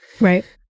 right